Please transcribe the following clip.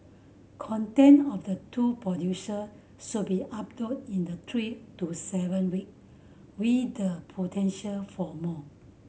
content of the two producer should be uploaded in the three to seven week with the potential for more